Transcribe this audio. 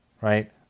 Right